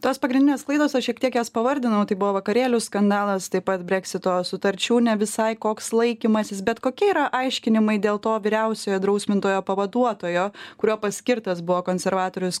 tos pagrindinės klaidos aš šiek tiek jas pavardinau tai buvo vakarėlių skandalas taip pat breksito sutarčių ne visai koks laikymasis bet kokie yra aiškinimai dėl to vyriausiojo drausmintojo pavaduotojo kuriuo paskirtas buvo konservatorius